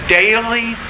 daily